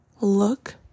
look